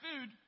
food